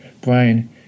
Brian